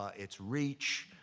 ah its reach.